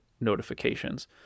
notifications